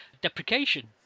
deprecation